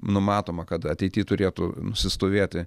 numatoma kad ateity turėtų nusistovėti